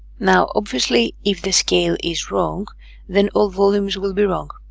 now obviously if the scale is wrong then all volumes will be wrong.